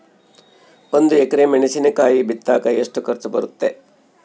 ಒಂದು ಎಕರೆ ಮೆಣಸಿನಕಾಯಿ ಬಿತ್ತಾಕ ಎಷ್ಟು ಖರ್ಚು ಬರುತ್ತೆ?